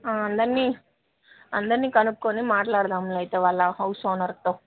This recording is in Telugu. అందరిని అందరిని కనుక్కుని మాట్లాడుదాములే అయితే వాళ్ళ హౌస్ ఓనర్తో